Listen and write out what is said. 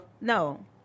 No